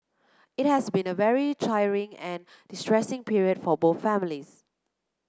it has been a very trying and distressing period for both families